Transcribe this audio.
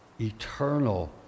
eternal